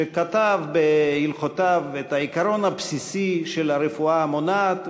שכתב בהלכותיו את העיקרון הבסיסי של הרפואה המונעת.